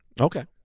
Okay